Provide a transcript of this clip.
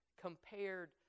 compared